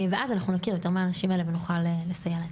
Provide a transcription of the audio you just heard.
ואז אנחנו נכיר יותר מהנשים האלה ונוכל לסייע להן.